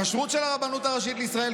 כשרות של הרבנות הראשית לישראל,